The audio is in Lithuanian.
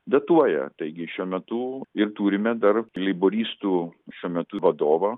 vetuoja taigi šiuo metu ir turime dar leiboristų šiuo metu vadovą